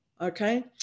okay